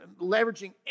leveraging